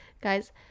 guys